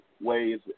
ways